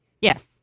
Yes